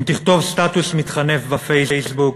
אם תכתוב סטטוס מתחנף בפייסבוק,